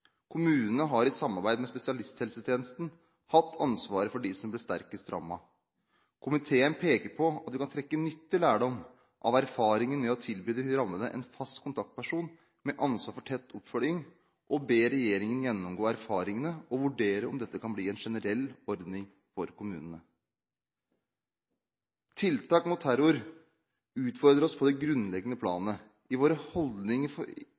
Kommunene har i samarbeid med spesialisthelsetjenesten hatt ansvaret for dem som ble sterkest rammet. Komiteen peker på at vi kan trekke nyttig lærdom av erfaringen med å tilby de rammede en fast kontaktperson med ansvar for tett oppfølging, og ber regjeringen gjennomgå erfaringene og vurdere om dette kan bli en generell ordning for kommunene. Tiltak mot terror utfordrer oss på det grunnleggende planet når det gjelder våre holdninger